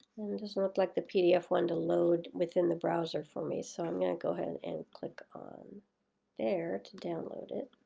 it doesn't look like the pdf wants to load within the browser for me. so i'm gonna go ahead and click on there to download it.